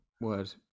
word